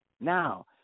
Now